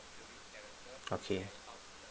okay